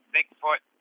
Bigfoot